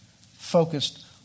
focused